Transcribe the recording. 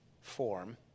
form